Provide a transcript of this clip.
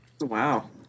Wow